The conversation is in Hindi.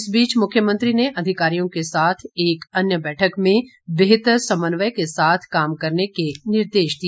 इस बीच मुख्यमंत्री ने अधिकारियों के साथ एक अन्य बैठक में बेहतर समन्वय के साथ काम करने के निर्देश दिए